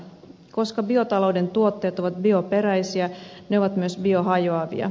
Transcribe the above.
koska biotalouden tuotteet ovat bioperäisiä ne ovat myös biohajoavia